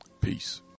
Peace